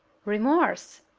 remorse!